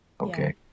Okay